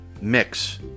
mix